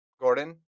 Gordon